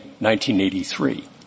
1983